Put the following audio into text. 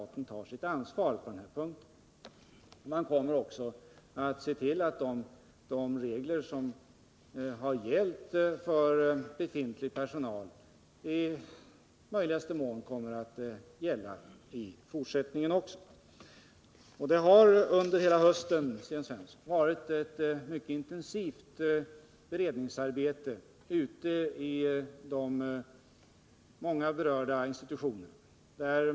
Det är klart att staten här tar sitt ansvar. De regler som har gällt för befintlig personal kommer i möjligaste mån att gälla i fortsättningen också. Under hela hösten, Sten Svensson, har det bedrivits ett mycket intensivt beredningsarbete vid de många berörda institutionerna.